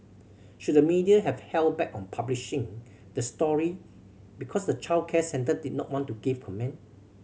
should the media have held back on publishing the story because the childcare centre did not want to give comment